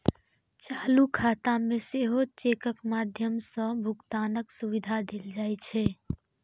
चालू खाता मे सेहो चेकक माध्यम सं भुगतानक सुविधा देल जाइ छै